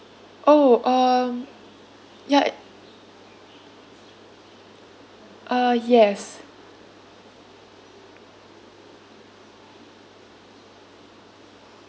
orh um ya i~ uh yes